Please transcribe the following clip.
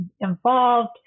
involved